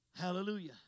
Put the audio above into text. Hallelujah